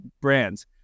brands